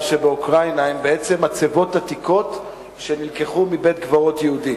שבאוקראינה הן בעצם מצבות עתיקות שנלקחו מבית-קברות יהודי.